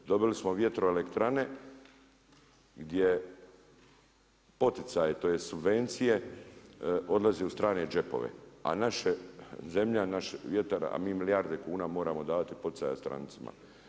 Dobili smo vjetroelektrane gdje poticaj tj. subvencije odlaze u strane džepove, a naša zemlja, naš vjetar, a mi milijarde kuna moramo davati poticaja strancima.